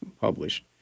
published